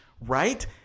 right